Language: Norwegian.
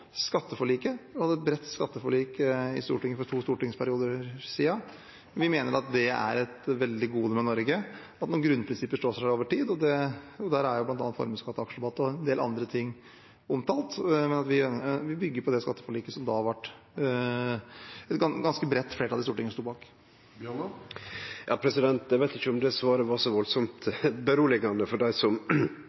er et veldig gode med Norge at noen grunnprinsipper står seg over tid, og der er bl.a. formuesskatt, aksjerabatt og en del andre ting omtalt. Så vi bygger på det skatteforliket som et ganske bredt flertall i Stortinget da sto bak. Eg veit ikkje om det svaret var så veldig roande for dei som